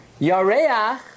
Yareach